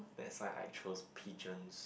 that's why I choose pigeons